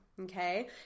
okay